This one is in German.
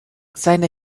seine